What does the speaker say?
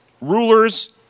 rulers